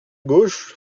gauche